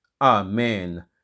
Amen